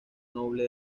noble